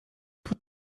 put